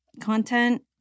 content